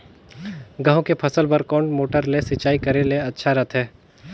गहूं के फसल बार कोन मोटर ले सिंचाई करे ले अच्छा रथे?